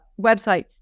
website